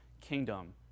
kingdom